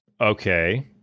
Okay